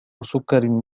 سكر